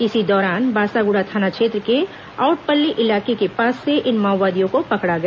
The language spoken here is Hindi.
इसी दौरान बासागुड़ा थाना क्षेत्र के आउटपल्ली इलाके के पास से इन माओवादियों को पकड़ा गया